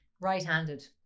Right-handed